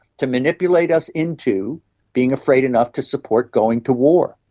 to manipulate us into being afraid enough to support going to war.